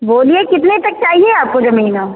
बोलिए कितने तक चाहिए आपको जमीन